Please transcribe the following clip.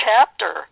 chapter